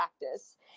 practice